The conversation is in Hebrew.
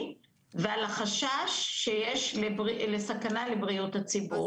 ועל החשש שיש סכנה לבריאות הציבור.